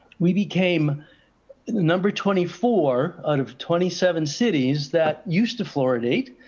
we became the number twenty four out of twenty seven cities that used to fluoridate.